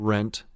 Rent